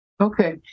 Okay